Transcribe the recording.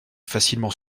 facilement